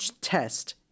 test